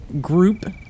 group